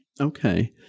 Okay